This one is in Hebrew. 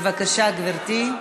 בבקשה, גברתי.